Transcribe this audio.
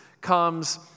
comes